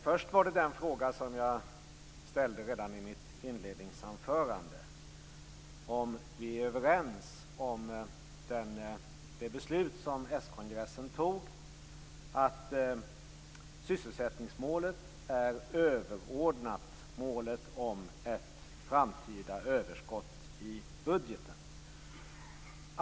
Först är det den fråga som jag ställde redan i mitt inledningsanförande, om vi är överens när det gäller det beslut som s-kongressen fattade om att sysselsättningsmålet är överordnat målet om ett framtida överskott i budgeten.